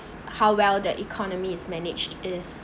how well the economy is managed is